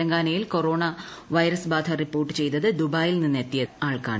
തെലങ്കാനയിൽ corona virus ബാധ report ചെയ്തയാൾ ദുബായിയിൽ നിന്നെത്തിയതാണ്